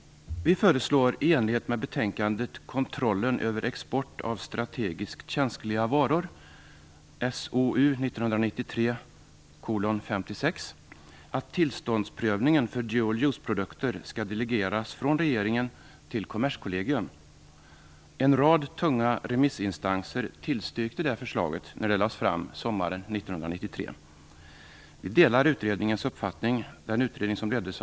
Vi föreslår i enlighet med betänkandet Kontrollen över export av strategiskt känsliga varor, SoU 1993:56, att tillståndsprövningen för dual useprodukter skall delegeras från regeringen till Kommerskollegium. En rad tunga remissinstanser tillstyrkte det förslaget när det lades fram sommaren 1993. Vi delar utredningens uppfattning.